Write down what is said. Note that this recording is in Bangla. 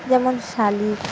যেমন শালিক